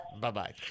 Bye-bye